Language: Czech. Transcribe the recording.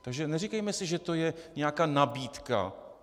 Takže neříkejme si, že to je nějaká nabídka.